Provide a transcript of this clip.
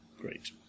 Great